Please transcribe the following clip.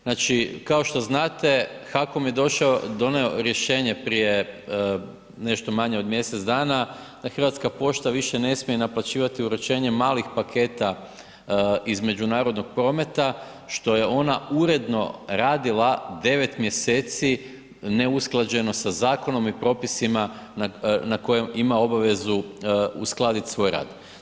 Znači, kao što znate, HAKOM je došao, doneo rješenje prije nešto manje od mjesec dana da Hrvatska pošta više ne smije naplaćivati uručenje malih paketa iz međunarodnog prometa, što je ona uredno radila 9. mjeseci neusklađeno sa zakonom i propisima na koje ima obavezu uskladit svoj rad.